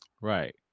Right